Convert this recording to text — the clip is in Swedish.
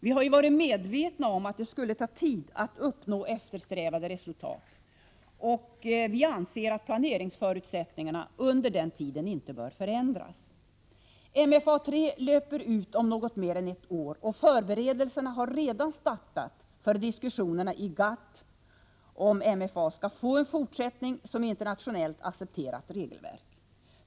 Vi har ju varit medvetna om att det skulle ta tid att uppnå eftersträvade resultat, och vi anser att planeringsförutsättningarna under den tiden inte bör ändras. MFA III löper ut om något mer än ett år, och förberedelserna har redan startat för diskussionerna i GATT om huruvida MFA skall få en fortsättning som internationellt accepterat regelverk.